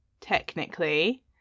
Technically